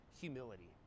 humility